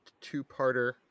two-parter